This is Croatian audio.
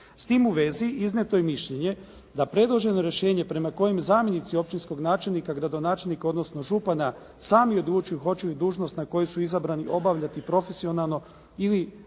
S tim u vezi iznijeto je mišljenje da predloženo rješenje prema kojem zamjenici općinskog načelnika, gradonačelnika, odnosno župana sami odlučuju hoće li dužnost na koju su izabrani obavljati profesionalno ili